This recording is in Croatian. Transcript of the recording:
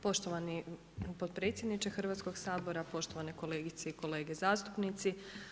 Poštovani potpredsjedniče Hrvatskog sabora, poštovane kolegice i kolege zastupnici.